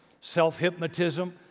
self-hypnotism